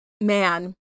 man